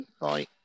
bye